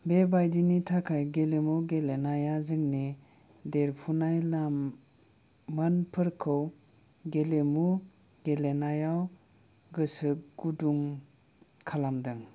बे बायदिनि थाखाय गेलेमु गेलेनाया जोंनि देरफुनाय लाइमोनफोरखौ गेलेमु गेलेनायाव गोसो गोदुं खालामदों